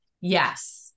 yes